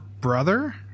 Brother